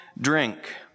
drink